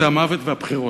זה המוות והבחירות,